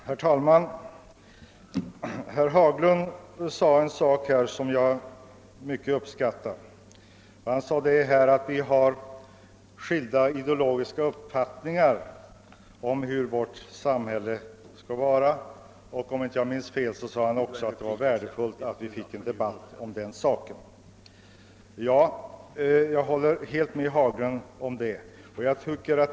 Herr talman! Herr Haglund sade något som jag uppskattar mycket, nämligen att vi har skilda ideologiska uppfattningar om hur vårt samhälle skall vara beskaffat. Om jag inte minns fel framhöll han också att det vore värdefullt med en debatt om den saken. Jag instämmer helt med herr Haglund i detta.